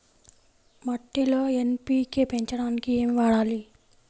మట్టిలో ఎన్.పీ.కే పెంచడానికి ఏమి వాడాలి?